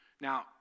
Now